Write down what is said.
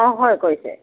অঁ হয় কৈছে